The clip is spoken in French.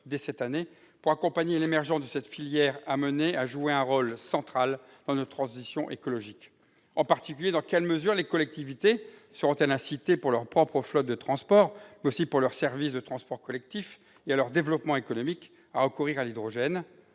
dès cette année pour accompagner l'émergence de cette filière afin qu'elle joue un rôle central dans notre transition écologique. En particulier, dans quelle mesure les collectivités seront-elles incitées pour leurs propres flottes de transport, mais aussi pour leurs services de transport collectif et leur développement économique, à recourir à l'hydrogène ?